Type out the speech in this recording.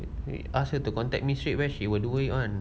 they they ask her to contact me straight away she will do it [one]